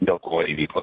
dėl ko įvyko